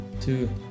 two